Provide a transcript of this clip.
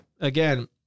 again